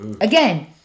again